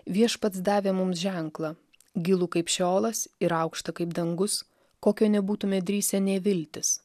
viešpats davė mums ženklą gilų kaip šiolas ir aukštą kaip dangus kokio nebūtume drįsę nė viltis